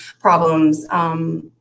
problems